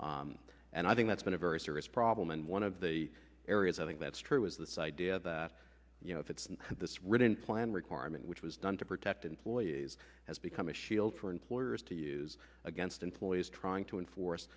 contexts and i think that's been a very serious problem and one of the areas i think that's true is this idea that you know if it's in this written plan requirement which was done to protect employees has become a shield for employers to use against employees trying to enforce